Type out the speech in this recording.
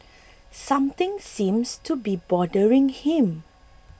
something seems to be bothering him